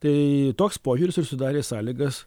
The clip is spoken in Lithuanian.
tai toks požiūris ir sudarė sąlygas